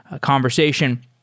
conversation